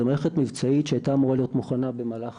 זו מערכת מבצעית שהייתה אמורה להיות מוכנה במהלך